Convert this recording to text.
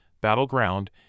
Battleground